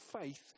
faith